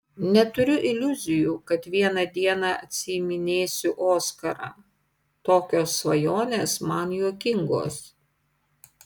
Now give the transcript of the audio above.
neturiu iliuzijų kad vieną dieną atsiiminėsiu oskarą tokios svajonės man juokingos